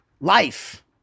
life